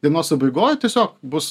dienos pabaigoj tiesiog bus